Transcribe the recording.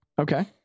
Okay